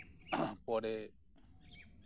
ᱯᱚᱨᱮ